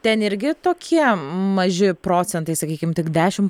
ten irgi tokie maži procentai sakykim tik dešim